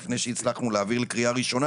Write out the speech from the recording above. לפני שהצלחנו להעביר לקריאה ראשונה,